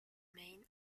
main